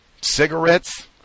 cigarettes